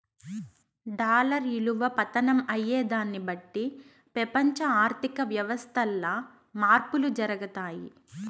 dollar ఇలువ పతనం అయ్యేదాన్ని బట్టి పెపంచ ఆర్థిక వ్యవస్థల్ల మార్పులు జరగతాయి